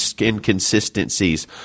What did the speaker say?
inconsistencies